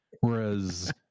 whereas